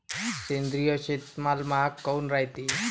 सेंद्रिय शेतीमाल महाग काऊन रायते?